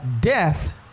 death